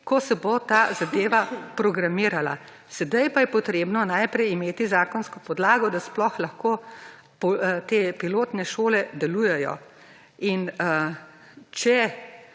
ko se bo ta zadeva programirala. Sedaj pa je potrebno najprej imeti zakonsko podlago, da sploh lahko te pilotne šole delujejo. Če